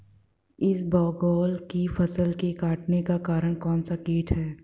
इसबगोल की फसल के कटने का कारण कौनसा कीट है?